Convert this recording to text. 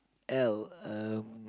L um